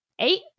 Eight